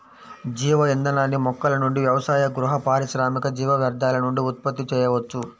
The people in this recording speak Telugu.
జీవ ఇంధనాన్ని మొక్కల నుండి వ్యవసాయ, గృహ, పారిశ్రామిక జీవ వ్యర్థాల నుండి ఉత్పత్తి చేయవచ్చు